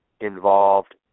involved